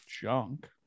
junk